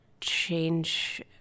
change